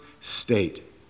state